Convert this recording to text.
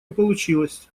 получилось